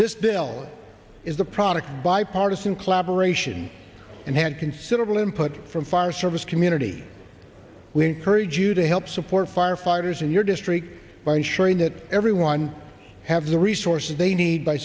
this bill is the product bipartisan collaboration and had considerable input from fire service community we encourage you to help support firefighters and your destry by ensuring that everyone have the resources they need by